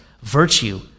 virtue